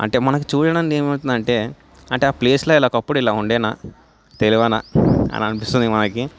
అంటే మనకి చూడడానికి ఏమవుతుందంటే అంటే ఆ ప్లేస్లో ఇలా ఒకప్పుడు ఇలా ఉండేనా తెలివన అనిపిస్తుంది మనకి